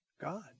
God